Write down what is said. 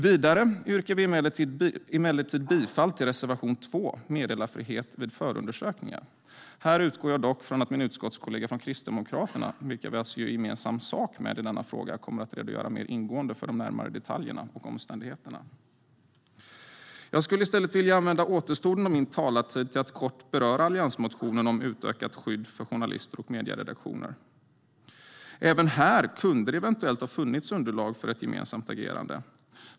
Vi yrkar emellertid bifall till reservation 2, Meddelarfrihet vid förundersökningar. Jag utgår dock från att min utskottskollega från Kristdemokraterna, vilka vi alltså gör gemensam sak med i denna fråga, kommer att redogöra mer ingående för detaljerna och omständigheterna. Jag vill i stället använda återstoden av min talartid till att kort beröra alliansmotionen om utökat skydd för journalister och medieredaktioner. Även här kunde det ha funnits underlag för ett gemensamt agerande.